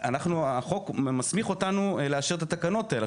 החוק מסמיך אותנו לאשר את התקנות האלה.